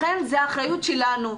לכן זו אחריות שלנו,